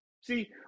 See